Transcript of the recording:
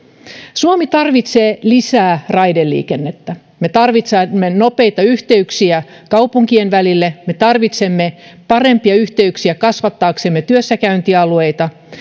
suomi tarvitsee lisää raideliikennettä me tarvitsemme nopeita yhteyksiä kaupunkien välille me tarvitsemme parempia yhteyksiä kasvattaaksemme työssäkäyntialueita